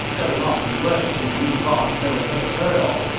going off and worshipping a new god no one has ever heard of.